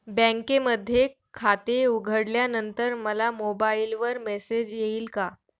बँकेमध्ये खाते उघडल्यानंतर मला मोबाईलवर मेसेज येईल का?